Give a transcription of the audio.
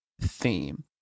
theme